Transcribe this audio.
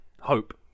hope